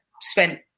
spent